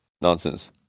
nonsense